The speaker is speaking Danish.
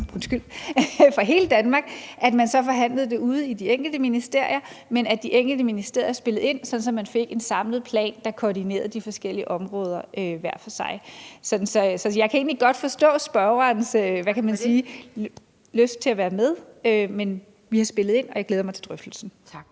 til hele Danmark, forhandlede det ude i de enkelte ministerier, men at de enkelte ministerier spillede ind, sådan at man fik en samlet plan, der koordinerede de forskellige områder hver for sig. Så jeg kan egentlig godt forstå spørgerens, hvad kan man sige, lyst til at være med, men vi har spillet ind, og jeg glæder mig til drøftelsen. Kl.